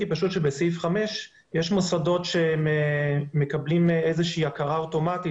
ראיתי שבסעיף 5 יש מוסדות שמקבלים הכרה אוטומטית